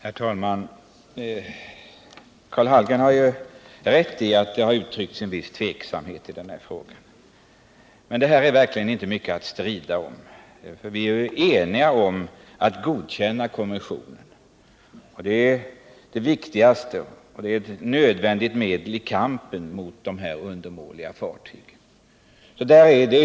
Herr talman! Karl Hallgren har rätt i att det har uttryckts en viss tveksamhet i den här frågan. Men detta är verkligen inte mycket att strida om. Vi är ju eniga om att godkänna konventionen. Det är huvudsaken i sammanhanget, och det är ett nödvändigt medel i kampen mot de undermåliga fartygen.